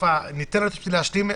ניתן להשלים,